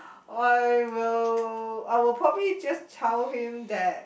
I will I will probably just tell him that